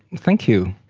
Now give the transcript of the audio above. thank you.